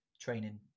training